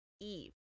Eve